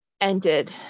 ended